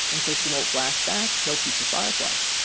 and so she won't flash back no future fireflies.